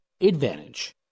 advantage